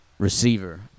Receiver